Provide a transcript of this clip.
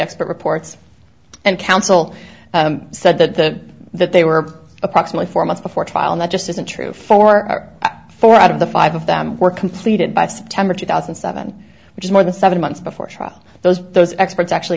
expert reports and counsel said that the that they were approximately four months before trial and that just isn't true for four out of the five of them were completed by september two thousand and seven which is more than seven months before trial those those experts actually